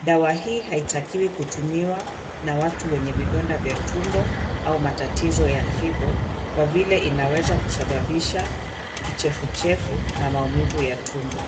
dawa hi haipaswi kutumiwa na watu wenye vidonda vya tumbo au matatizo ya figo . Kwa vile inaweza kusababisha kichefuchefu na maudhui ya chuma.